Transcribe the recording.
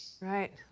Right